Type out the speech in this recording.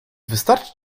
wystarczy